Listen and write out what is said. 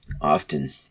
often